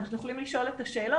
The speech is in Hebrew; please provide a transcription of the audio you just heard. אנחנו יכולים לשאול את השאלות,